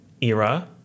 era